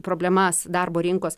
problemas darbo rinkos